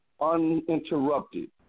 uninterrupted